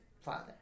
father